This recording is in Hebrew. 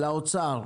האוצר,